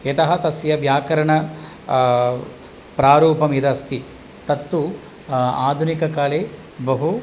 यतः तस्य व्याकरण प्रारूपम् इति अस्ति तत्तु आधुनिककाले बहु